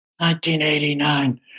1989